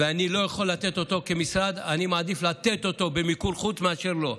ואם אני לא יכול לתת אותו כמשרד אני מעדיף לתת אותו במיקור חוץ מאשר לא.